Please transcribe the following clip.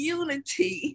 unity